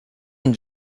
and